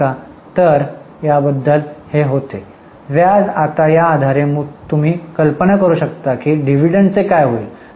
तर याबद्दल होते व्याज आता या आधारे तुम्ही कल्पना करू शकता की डिव्हिडंडचे काय होईल